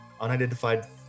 unidentified